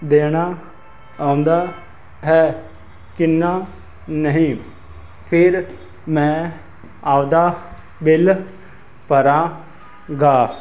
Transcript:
ਦੇਣਾ ਆਉਂਦਾ ਹੈ ਕਿੰਨਾ ਨਹੀਂ ਫਿਰ ਮੈਂ ਆਪਦਾ ਬਿੱਲ ਭਰਾਂਗਾ